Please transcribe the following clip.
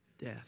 Death